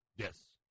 Yes